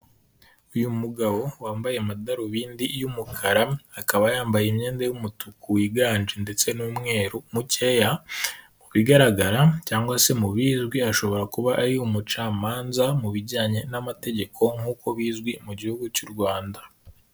Uyu mugabo wambaye amadarubindi y'umukara, akaba yambaye imyenda y'umutuku wiganje ndetse n'umweru mukeya, mu bigaragara cyangwa se mubi bizwi, ashobora kuba ari umucamanza mu bijyanye n'amategeko nk'uko bizwi mu gihugu cy'u Rwanda.